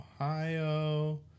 Ohio